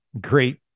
great